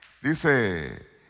dice